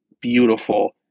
beautiful